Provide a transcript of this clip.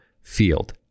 Field